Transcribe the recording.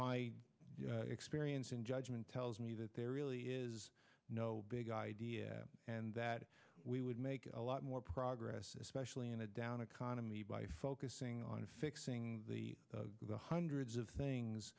my experience in judgment tells me that there really is no big idea and that we would make a lot more progress especially in a down economy by focusing on fixing the hundreds of things